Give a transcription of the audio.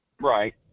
Right